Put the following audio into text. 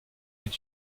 est